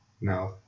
No